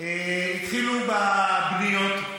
התחילו בבנייה,